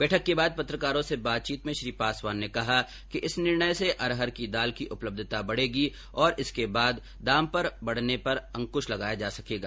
बैठक के बाद पत्रकारों से बातचीत में श्री पासवान ने कहा कि इस निर्णय से अरहर की दाल की उपलब्धता बढेगी और इसके दाम बढने पर अंकृश लगाया जा सकेगा